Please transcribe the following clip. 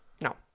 no